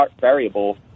variable